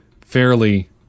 fairly